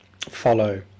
follow